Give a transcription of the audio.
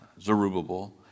Zerubbabel